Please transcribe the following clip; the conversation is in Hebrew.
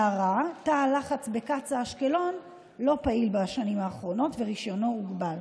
הערה: תא הלחץ בקצא"א אשקלון לא פעיל בשנים האחרונות ורישיונו הוגבל.